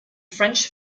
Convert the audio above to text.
french